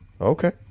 Okay